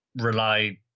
rely